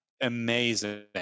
amazing